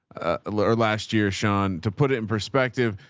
ah, or last year, sean, to put it in perspective.